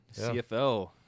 CFL